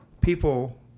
People